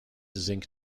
zinc